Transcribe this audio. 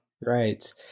Right